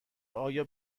آیا